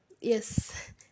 Yes